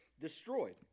destroyed